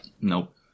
nope